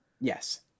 yes